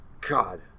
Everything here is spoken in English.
God